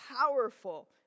powerful